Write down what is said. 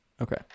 Okay